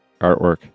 artwork